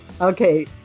Okay